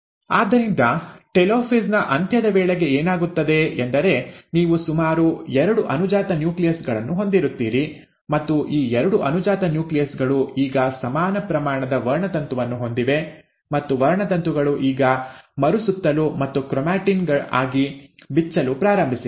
ಆದ್ದರಿಂದ ಟೆಲೋಫೇಸ್ ನ ಅಂತ್ಯದ ವೇಳೆಗೆ ಏನಾಗುತ್ತದೆ ಎಂದರೆ ನೀವು ಸುಮಾರು ಎರಡು ಅನುಜಾತ ನ್ಯೂಕ್ಲಿಯಸ್ ಗಳನ್ನು ಹೊಂದಿರುತ್ತೀರಿ ಮತ್ತು ಈ ಎರಡು ಅನುಜಾತ ನ್ಯೂಕ್ಲಿಯಸ್ ಗಳು ಈಗ ಸಮಾನ ಪ್ರಮಾಣದ ವರ್ಣತಂತುವನ್ನು ಹೊಂದಿವೆ ಮತ್ತು ವರ್ಣತಂತುಗಳು ಈಗ ಮರುಸುತ್ತಲು ಮತ್ತು ಕ್ರೋಮ್ಯಾಟಿನ್ ಆಗಿ ಬಿಚ್ಚಲು ಪ್ರಾರಂಭಿಸಿವೆ